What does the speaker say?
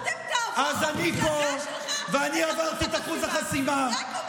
קודם תעבור המפלגה שלך את אחוז החסימה.